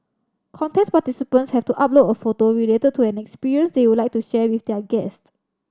contest participants have to upload a photo related to an experience they would like to share with their guest